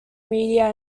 media